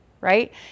right